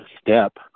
step